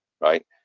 right